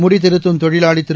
முடித்திருத்தும் தொழிலாளி திரு